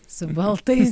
su baltais